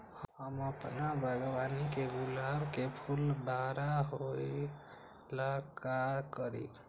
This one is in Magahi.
हम अपना बागवानी के गुलाब के फूल बारा होय ला का करी?